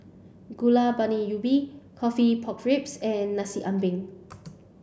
Gulai Baun Ubi coffee pork ribs and Nasi Ambeng